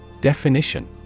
Definition